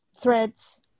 threads